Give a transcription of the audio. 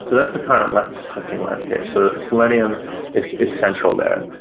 so that's the kind of testing landscape. so selenium is is central there.